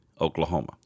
Oklahoma